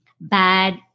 bad